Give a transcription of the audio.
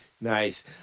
Nice